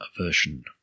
version